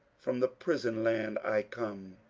from the pribon-land i come,